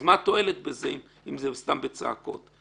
אז מה התועלת בזה אם זה סתם בצעקות.